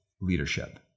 leadership